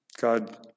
God